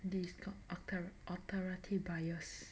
this is called author~ authority bias